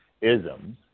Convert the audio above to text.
isms